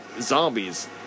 Zombies